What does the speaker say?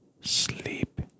sleep